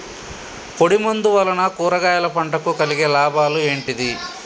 పొడిమందు వలన కూరగాయల పంటకు కలిగే లాభాలు ఏంటిది?